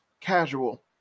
casual